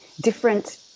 different